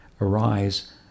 arise